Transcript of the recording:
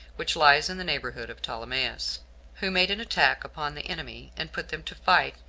which lies in the neighborhood of ptolemais who made an attack upon the enemy, and put them to flight,